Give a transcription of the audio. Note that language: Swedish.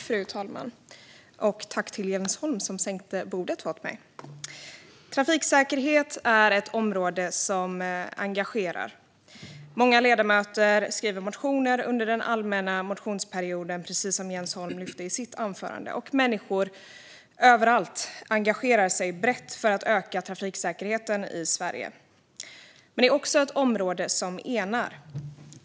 Fru talman! Trafiksäkerhet är ett område som engagerar. Precis som Jens Holm sa skriver många ledamöter motioner under allmänna motionstiden, och överallt engagerar sig människor brett för att öka trafiksäkerheten i Sverige. Det är också ett område som enar.